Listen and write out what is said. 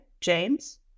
James